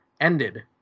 ended